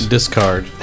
Discard